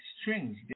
Strings